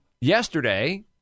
yesterday